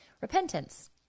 Repentance